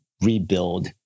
rebuild